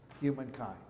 humankind